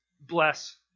bless